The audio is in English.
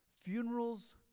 Funerals